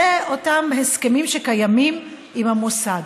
אלה אותם הסכמים שקיימים עם המוסד,